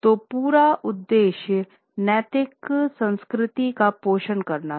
तो पूरा उद्देश्य नैतिक संस्कृति का पोषण करना था